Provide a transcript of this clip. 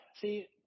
See